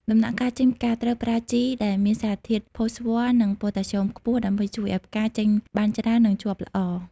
ដំណាក់កាលចេញផ្កា ត្រូវប្រើជីដែលមានសារធាតុ ផូស្វ័រ និង ប៉ូតាស្យូមខ្ពស់ ដើម្បីជួយឱ្យផ្កាចេញបានច្រើន និងជាប់ល្អ។